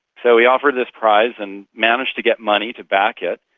so he offered this prize and managed to get money to back it,